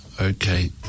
Okay